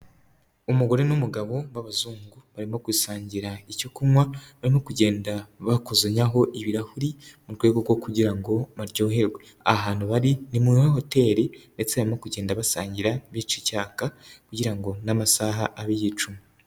Umugore n'umugabo b'abazungu, barimo gusangira icyo kunywa, barimo kugenda bakuzanyaho ibirahuri, mu rwego rwo kugira ngo baryoherwe, ahantu bari ni muri hoteli ndetse barimo kugenda basangira, bica icyaka kugira ngo n'amasaha abe yicuma.